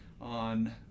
on